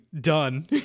done